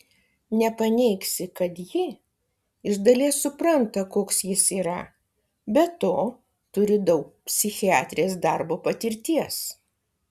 nepaneigsi kad ji iš dalies supranta koks jis yra be to turi daug psichiatrės darbo patirties